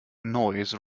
noise